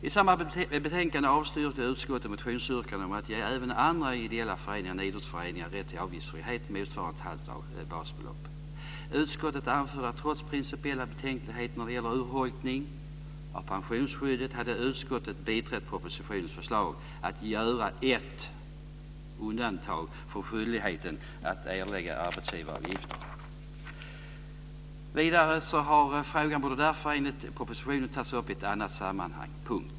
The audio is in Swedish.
I samma betänkande avstyrkte utskottet motionsyrkanden om att ge även andra ideella föreningar än idrottsföreningar avgiftsfrihet motsvarande ett halvt basbelopp. Utskottet anförde att trots principiella betänkligheter när det gäller urholkning av pensionsskyddet hade utskottet biträtt propositionens förslag att göra ett undantag från skyldigheten att erlägga arbetsgivaravgifter. Enligt propositionen borde frågan ha tagits upp i ett annat sammanhang.